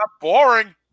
boring